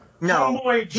No